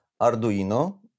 Arduino